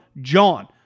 JOHN